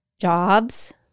jobs